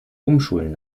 umschulen